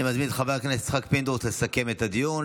אני מזמין את חבר הכנסת יצחק פינדרוס לסכם את הדיון.